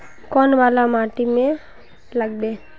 कौन वाला माटी में लागबे?